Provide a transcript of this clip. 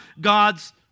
God's